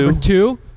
two